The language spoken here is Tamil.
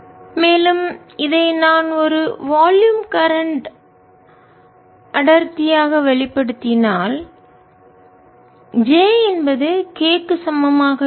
மேலும் இதை நான் ஒரு வால்யும் கரண்ட்மின்னோட்டம் அடர்த்தியாக வெளிப்படுத்தினால் j என்பது k க்கு சமமாக இருக்கும்